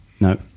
No